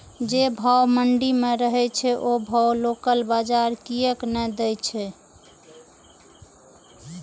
जे भाव मंडी में रहे छै ओ भाव लोकल बजार कीयेक ने दै छै?